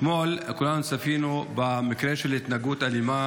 אתמול כולנו צפינו במקרה של התנהגות אלימה